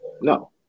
No